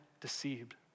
deceived